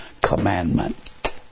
commandment